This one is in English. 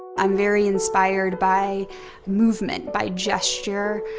i'm very inspired by movement, by gesture.